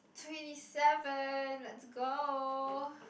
twenty seven let's go